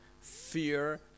fear